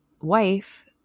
wife